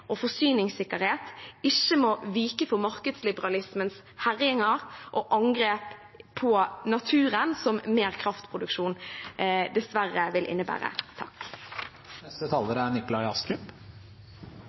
og forsyningssikkerhet må ikke vike for markedsliberalismens herjinger og angrep på naturen, som mer kraftproduksjon dessverre vil innebære.